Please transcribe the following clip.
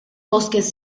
bosques